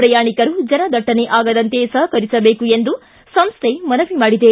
ಪ್ರಯಾಣಿಕರು ಜನ ದಟ್ಟಣೆ ಆಗದಂತೆ ಸಹಕರಿಸಬೇಕು ಎಂದು ಸಂಸ್ಥೆ ಮನವಿ ಮಾಡಿದೆ